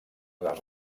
les